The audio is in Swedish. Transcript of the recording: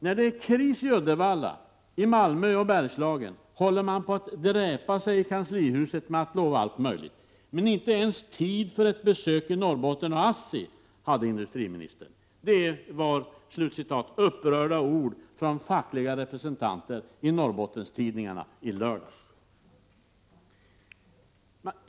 ”När det är kris i Uddevalla, Malmö och Bergslagen håller man på att dräpa sig i kanslihuset med att lova allt möjligt ——— men inte ens tid för ett besök i Norrbotten och ASSI hade industriministern.” Detta var upprörda ord från fackliga representanter i Norrbottenstidningarna i lördags.